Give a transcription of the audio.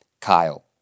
Kyle